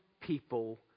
people